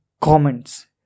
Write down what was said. comments